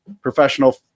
professional